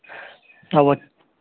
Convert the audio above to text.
اَوے